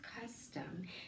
custom